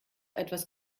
etwas